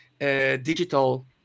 digital